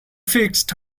fixed